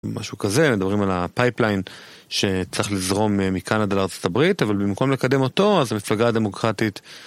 משהו כזה, מדברים על הפייפליין שצריך לזרום מקנדה לארה״ב, אבל במקום לקדם אותו, אז המפלגה הדמוקרטית...